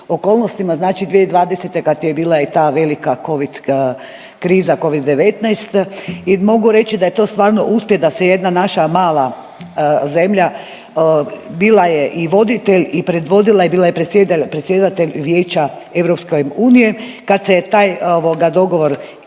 okolnostima znači 2020. kad je bila i ta velika Covid kriza Covid-19 i mogu reći da je to stvarno uspjeh da se jedna naša mala zemlja bila je i voditelj i predvodila je, bila je predsjedatelj Vijeća EU kad se je taj ovoga